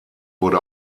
wurde